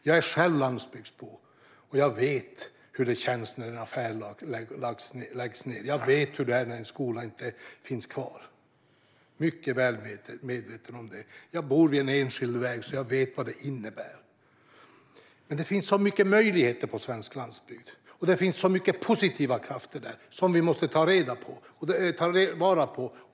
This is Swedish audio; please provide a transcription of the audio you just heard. Jag är själv landsbygdsbo, och jag vet hur det känns när en affär läggs ned. Jag vet hur det är när en skola inte finns kvar; jag är mycket väl medveten om det. Jag bor vid en enskild väg, så jag vet vad det innebär. Det finns dock mycket möjligheter på svensk landsbygd, och det finns så mycket positiva krafter där som vi måste ta vara på.